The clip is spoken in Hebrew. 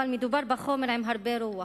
אבל מדובר בחומר עם הרבה רוח.